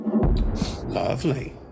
Lovely